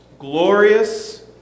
Glorious